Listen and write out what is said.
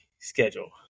schedule